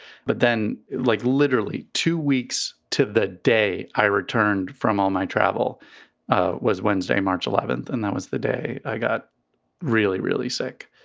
but then, like literally two weeks to the day i returned from all my travel was wednesday, march eleventh. and that was the day i got really, really sick